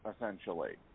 essentially